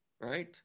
Right